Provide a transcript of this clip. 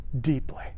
deeply